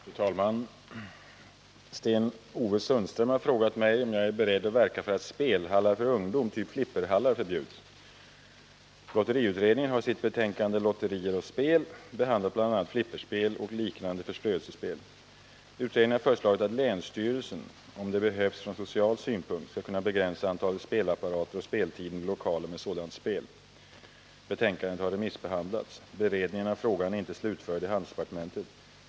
Fru talman! Sten-Ove Sundström har frågat mig om jag är beredd att verka för att spelhallar för ungdom typ flipperhallar förbjuds. Lotteriutredningen har i sitt betänkande Lotterier och spel behandlat bl.a. flipperspel och liknande förströelsespel. Utredningen har föreslagit att länsstyrelsen — om det behövs från social synpunkt — skall kunna begränsa antalet spelapparater och speltiden i lokaler med sådant spel. Betänkandet har remissbehandlats. Beredningen av frågan är inte slutförd i handelsdepartementet.